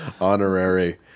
honorary